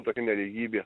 tokia nelygybė